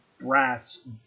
brass